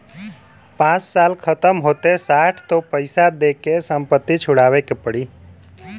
पाँच साल खतम होते साठ तो पइसा दे के संपत्ति छुड़ावे के पड़ी